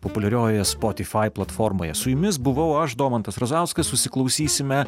populiariojoje spotifai platformoje su jumis buvau aš domantas razauskas susiklausysime